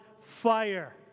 fire